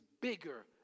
bigger